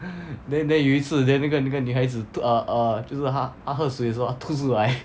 then then 有一次 then 那个那个女孩子吐 err err 就是她她喝水的时候 then 她吐出来